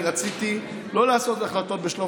רציתי לא לעשות החלטות בשלוף.